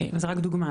זאת רק דוגמה.